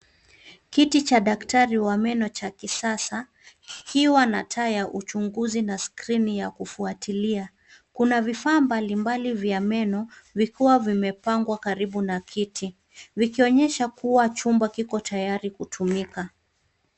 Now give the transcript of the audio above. Kiti cha daktari wa meno cha kisasa kikiwa na taa za uchunguzi na skrini ya kufuatilia. Kuna vifaa mbalimbali vya meno vikiwa vimepangwa karibu na kiti, vikionyesha kuwa chumba kiko tayari kutumika.